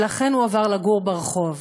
ולכן הוא עבר לגור ברחוב.